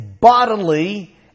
bodily